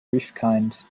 rifkind